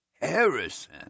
Harrison